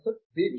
professor B